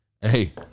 Hey